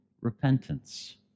repentance